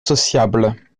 sociable